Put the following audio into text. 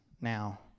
now